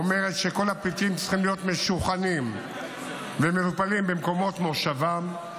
ואומרת שכל הפליטים צריכים להיות משוכנים ומטופלים במקומות מושבם.